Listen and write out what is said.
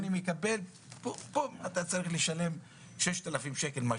פתאום אני מקבל הודעה שאני צריך לשלם 6,000 שקל.